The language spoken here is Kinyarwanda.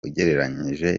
ugereranyije